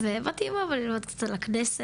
באתי עם אבא ללמוד קצת על הכנסת,